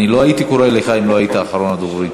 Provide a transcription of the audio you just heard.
אני לא הייתי קורא לך אם לא היית אחרון הדוברים.